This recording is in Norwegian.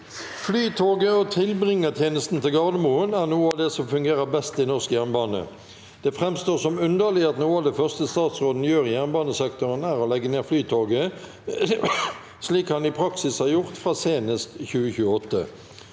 «Flytoget og tilbringertjenesten til Gardermoen er noe av det som fungerer best i norsk jernbane. Det frem- står som underlig at noe av det første statsråden gjør i jernbanesektoren er å legge ned Flytoget, slik han i prak- sis har gjort fra senest 2028.